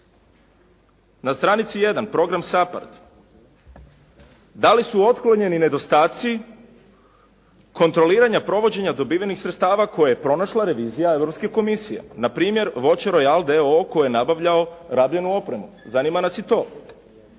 Na stranici 1. program SAPARD da li su otklonjeni nedostaci kontroliranja provođenja dobivenih sredstava koje je pronašla revizija Europske komisije, na primjer “Voće rojal“ d.o.o. koji je nabavljao rabljenu opremu. Zanima nas i to.